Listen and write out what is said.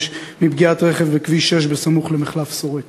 מפגיעת רכב בכביש 6 סמוך למחלף שורק.